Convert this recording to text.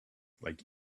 like